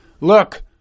look